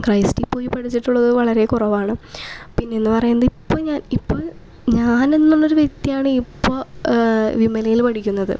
ക്രൈസ്റ്റിൽ പോയി പഠിച്ചിട്ടുള്ളവർ വളരെ കുറവാണ് പിന്നെ എന്ന് പറയുന്നത് ഇപ്പം ഞാൻ ഇപ്പം ഞാൻ എന്നുള്ളൊരു വ്യക്തിയാണ് ഇപ്പോൾ വിമലയിൽ പഠിക്കുന്നത്